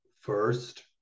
first